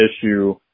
issue